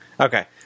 Okay